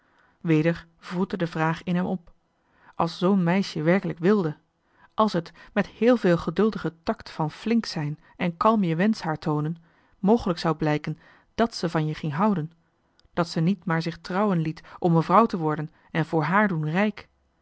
wroette weer de vraag in hem op als zoo'n meisje werkelijk wilde als het met heel veel geduldigen takt van flink zijn en kalm je wensch haar toonen mogelijk zou blijken dàt ze van je ging houden dat ze niet maar zich trouwen liet om mevrouw te worden en voor haar doen rijk wat